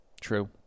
True